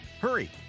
Hurry